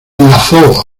enlazó